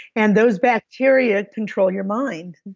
and those bacteria control your mind.